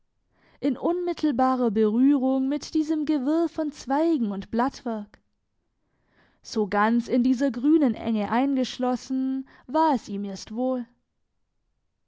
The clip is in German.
in unmittelbarer berührung mit diesem gewirr von zweigen und blattwerk so ganz in dieser grünen enge eingeschlossen war es ihm erst wohl